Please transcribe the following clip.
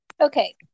Okay